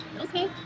okay